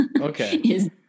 Okay